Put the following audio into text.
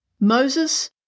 Moses